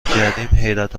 حیرت